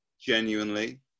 genuinely